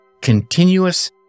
continuous